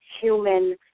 human